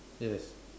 yes